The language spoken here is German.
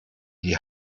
die